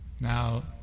Now